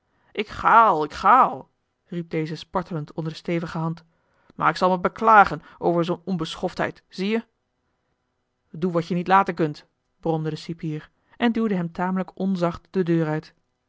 ik ga al ik ga al riep deze spartelend onder de stevige hand maar ik zal me beklagen over zoo'n onbeschoftheid zie je doe wat je niet laten kunt bromde de cipier en duwde hem tamelijk onzacht de deur uit